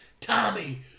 Tommy